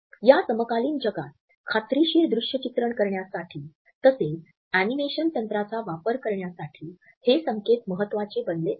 या समकालीन जगात खात्रीशीर दृष्यचित्रण करण्यासाठी तसेच अॅनिमेशन तंत्राचा वापर करण्यासाठी हे संकेत महत्त्वाचे बनले आहेत